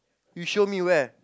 you show me where